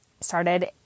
started